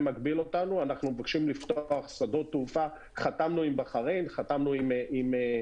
אנחנו מצפים לאמירה הזו, איפה זה עומד?